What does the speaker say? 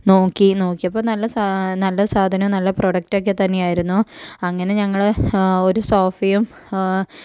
നോക്കീ നോക്കിയപ്പം നല്ല സാ നല്ല സാധനവും നല്ല പ്രൊഡക്റ്റൊക്കെ തന്നെ ആയിരുന്നു അങ്ങനെ ഞങ്ങൾ ഒരു സോഫയും